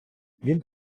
він